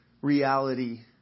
reality